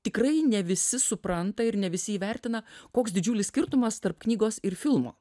tikrai ne visi supranta ir ne visi įvertina koks didžiulis skirtumas tarp knygos ir filmo